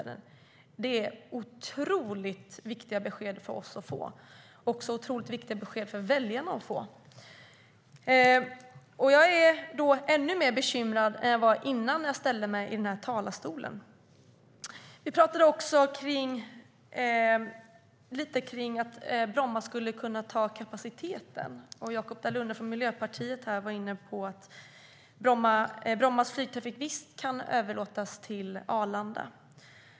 Detta är ett viktigt besked för oss och för väljarna att få, och jag är mer bekymrad nu än jag var innan jag ställde mig i talarstolen. Vi talade också om Brommas kapacitet. Jakop Dalunde från Miljöpartiet var inne på att Brommas flygtrafik kan läggas över på Arlanda.